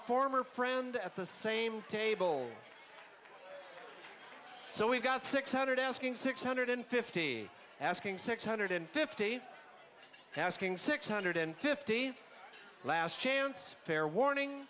former friend at the same table so we've got six hundred asking six hundred fifty asking six hundred fifty asking six hundred and fifteen last chance fair warning